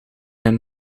een